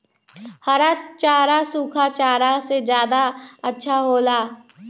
हरा चारा सूखा चारा से का ज्यादा अच्छा हो ला?